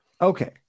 okay